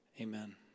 amen